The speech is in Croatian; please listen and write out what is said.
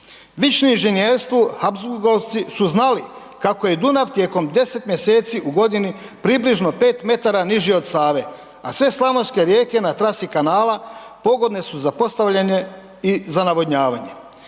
Vični inženjerstvu Habsburgovci su znali kako je Dunav tijekom deset mjeseci u godini približno 5 metara niži od Save, a sve slavonske rijeke na trasi kanala pogodne su za postavljanje i navodnjavanje.